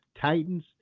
Titans